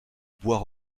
bois